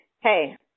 hey